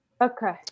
Okay